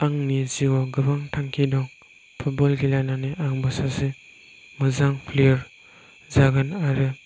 आंनि जिउआव गोबां थांखि दं फुटब'ल गेलेनानै आं सासे मोजां प्लेयार जागोन आरो